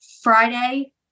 Friday